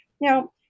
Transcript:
Now